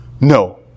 No